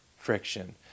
Friction